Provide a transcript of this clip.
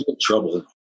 trouble